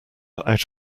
out